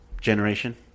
Generation